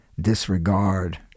disregard